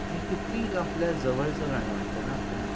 हे किती आपल्या जवळचं गाणं वाटतं ना आपल्याला